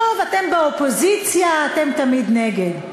טוב, אתם באופוזיציה, אתם תמיד נגד.